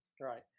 Right